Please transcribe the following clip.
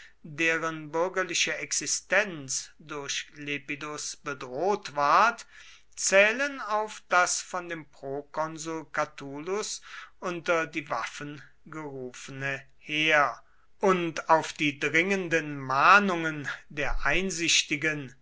deren bürgerliche existenz durch lepidus bedroht ward zählen auf das von dem prokonsul catulus unter die waffen gerufene heer und auf die dringenden mahnungen der einsichtigen